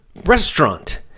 restaurant